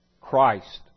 Christ